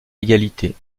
égalité